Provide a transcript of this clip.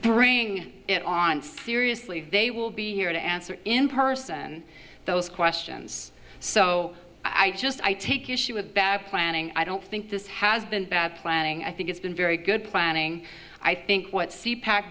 bring it on seriously they will be here to answer in person those questions so i just i take issue with bad planning i don't think this has been bad planning i think it's been very good planning i think what see pack